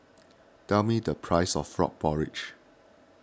tell me the price of Frog Porridge